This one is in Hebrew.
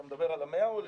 אתה מדבר על ה-100 מיליון?